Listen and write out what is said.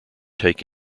take